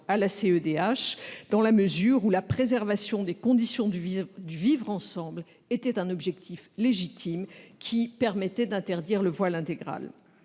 dans la mesure où la préservation des conditions du vivre ensemble était un objectif légitime, qui permettait d'interdire le voile intégral.